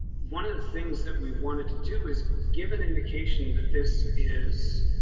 one of the things that we wanted to do is give an indication that this is.